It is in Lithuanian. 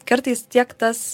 kartais tiek tas